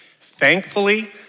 Thankfully